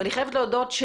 ואני חייבת להודות,